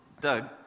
Doug